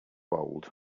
old